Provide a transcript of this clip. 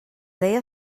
deia